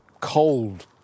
cold